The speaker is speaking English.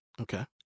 Okay